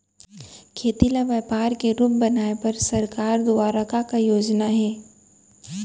खेती ल व्यापार के रूप बनाये बर सरकार दुवारा का का योजना हे?